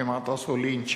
כמעט עשו לינץ'.